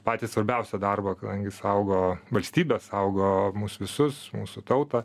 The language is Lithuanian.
patį svarbiausią darbą kadangi saugo valstybę saugo mus visus mūsų tautą